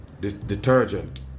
detergent